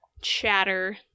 chatter